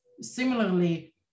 similarly